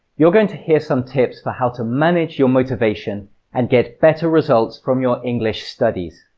you're going to hear some tips for how to manage your motivation and get better results from your english studies.